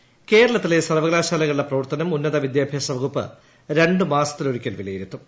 ജലീൽ കേരളത്തിലെ സർവ്വക്ലാൾ്ലകളുടെ പ്രവർത്തനം ഉന്നത വിദ്യാഭ്യാസ വകുപ്പ് രൂണ്ടു് മാസത്തിലൊരിക്കൽ വിലയിരുത്തും